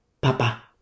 Papa